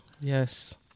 Yes